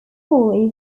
hall